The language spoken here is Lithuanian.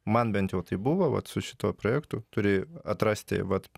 man bent jau taip buvo vat su šituo projektu turi atrasti vat